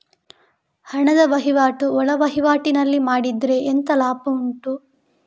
ಹಣದ ವಹಿವಾಟು ಒಳವಹಿವಾಟಿನಲ್ಲಿ ಮಾಡಿದ್ರೆ ಎಂತ ಲಾಭ ಉಂಟು?